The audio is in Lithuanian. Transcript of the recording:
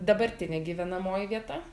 dabartinė gyvenamoji vieta